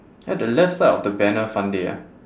at the left side of the banner fun day ah